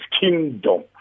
kingdom